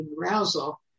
arousal